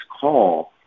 call